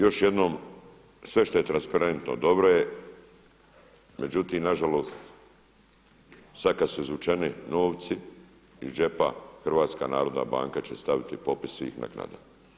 Još jednom, sve što je transparentno dobro je, međutim nažalost sada kada su izvučeni novci HNB će staviti popis svih naknada.